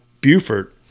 Buford